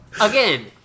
Again